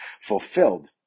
fulfilled